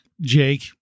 Jake